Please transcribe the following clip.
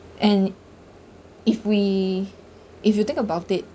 and if we if you think about it